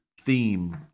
theme